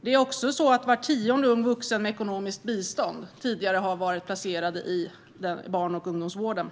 Var tionde ung vuxen med ekonomiskt bistånd har tidigare varit placerad i barn och ungdomsvården.